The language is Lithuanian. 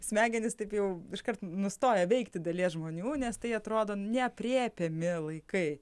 smegenys taip jau iškart nustoja veikti dalies žmonių nes tai atrodo neaprėpiami laikai